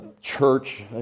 church